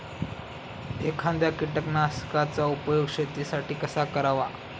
एखाद्या कीटकनाशकांचा उपयोग शेतीसाठी कसा करावा?